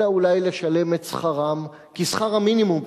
אלא אולי לשלם את שכרם כשכר המינימום,